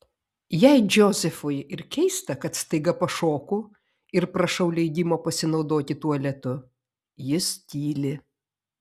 jei džozefui ir keista kad staiga pašoku ir prašau leidimo pasinaudoti tualetu jis tyli